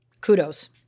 Kudos